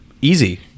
easy